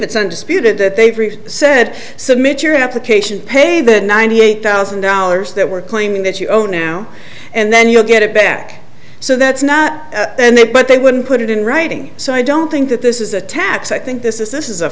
it's undisputed that they've said submit your application pay the ninety eight thousand dollars that we're claiming that you owe now and then you'll get it back so that's not there but they wouldn't put it in writing so i don't think that this is a tax i think this is this is a